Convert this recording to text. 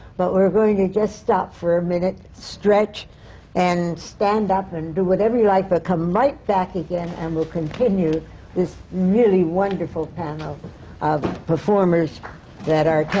but we're going to just stop for a minute, stretch and stand up and do whatever you like, but come right back again and we'll continue this really wonderful panel of performers that are